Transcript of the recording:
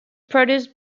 produced